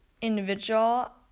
individual